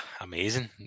amazing